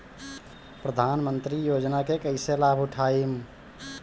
प्रधानमंत्री योजना के कईसे लाभ उठाईम?